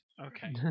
okay